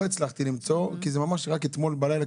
לא הצלחתי למצוא כי ממש רק אתמול בלילה